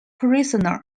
prisoner